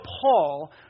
Paul